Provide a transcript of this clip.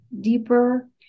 deeper